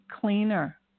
cleaner